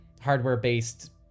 hardware-based